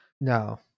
No